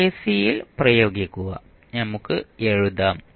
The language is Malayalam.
കെസിഎൽ പ്രയോഗിക്കുക നമുക്ക് എഴുതാം